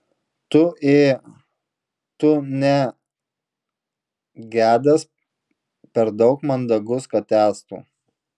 tu ė tu ne gedas per daug mandagus kad tęstų